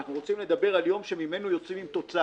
אנחנו רוצים שמן היום הזה נצא עם תוצאה.